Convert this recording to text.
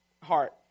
heart